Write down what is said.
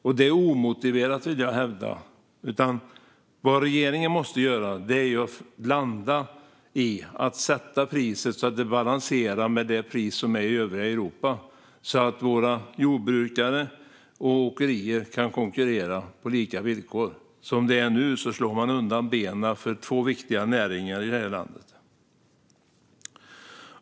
Jag vill hävda att det är omotiverat. Vad regeringen måste göra är att landa i att sätta priset så att det balanserar med det pris som är i övriga Europa, så att våra jordbrukare och åkerier kan konkurrera på lika villkor. Som det är nu slår man undan benen för två viktiga näringar i detta land.